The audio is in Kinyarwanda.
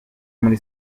muri